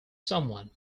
someone